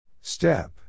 Step